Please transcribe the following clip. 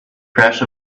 crash